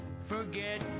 Forget